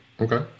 Okay